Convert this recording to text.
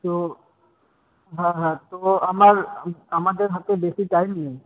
তো হ্যাঁ হ্যাঁ তো আমার আমাদের হাতে বেশি টাইম নেই